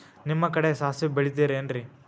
ನಿಮ್ಮ ಕಡೆ ಸಾಸ್ವಿ ಬೆಳಿತಿರೆನ್ರಿ?